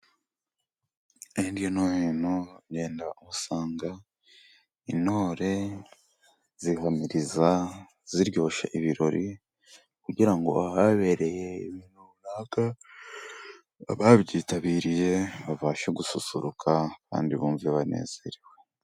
Hirya no hino ugenda usanga intore zihamiriza ziryoshya ibirori, kugira ngo ahabereye abintu runaka n'abitabiriye babashe gususuruka, kandi bumve banezerewe.